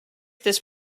this